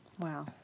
Wow